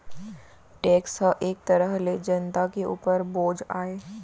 tax ह एक तरह ले जनता के उपर बोझ आय